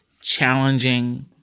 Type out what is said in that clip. challenging